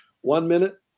one-minute